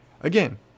Again